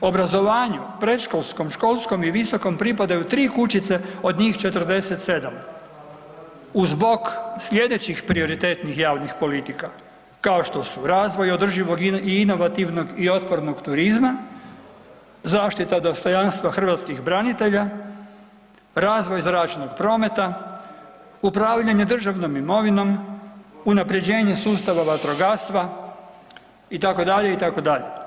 O obrazovanju predškolskom, školskom i visokom pripadaju tri kućice od njih 47, uz bok sljedećih prioritetnih javnih politika kao što su razvoj održivog i inovativnog i otpornog turizma, zaštita dostojanstva hrvatskih branitelja, razvoj zračnog prometa, upravljanje državnom imovinom, unapređenje sustava vatrogastva itd., itd.